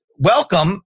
Welcome